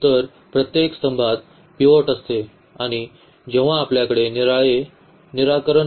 तर प्रत्येक स्तंभात पिव्होट असते आणि जेव्हा आपल्याकडे निराळे निराकरण होते तेव्हा असे होते